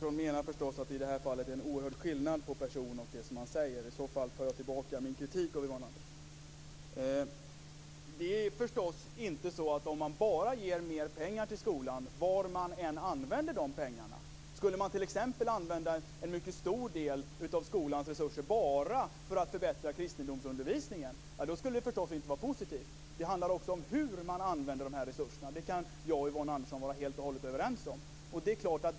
Fru talman! Yvonne Andersson menar förstås att det är en oerhörd skillnad på person och det personen säger. I så fall tar jag tillbaka min kritik av Yvonne Det är förstås inte bara fråga om att ge mer pengar till skolan, vad man än använder pengarna till. Det skulle inte vara positivt om en stor del av skolans resurser används bara för att förbättra kristendomsundervisningen. Det handlar också om hur resurserna används. Det kan jag och Yvonne Andersson vara helt överens om.